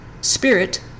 spirit